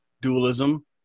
dualism